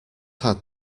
had